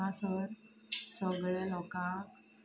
हांगासर सगळ्या लोकांक